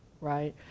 right